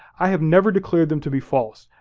i have never declared them to be false.